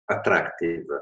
attractive